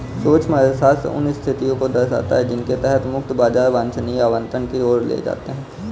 सूक्ष्म अर्थशास्त्र उन स्थितियों को दर्शाता है जिनके तहत मुक्त बाजार वांछनीय आवंटन की ओर ले जाते हैं